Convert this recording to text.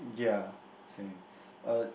yeah same uh